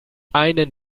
einen